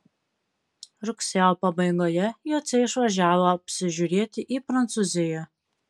rugsėjo pabaigoje jociai išvažiavo apsižiūrėti į prancūziją